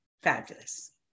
fabulous